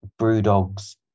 Brewdog's